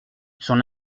son